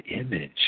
image